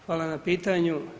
Hvala na pitanju.